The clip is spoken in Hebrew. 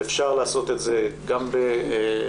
ואפשר לעשות את זה גם בחקיקה,